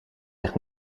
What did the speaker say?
zich